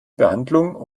behandlung